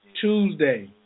Tuesday